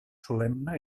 solemne